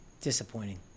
Disappointing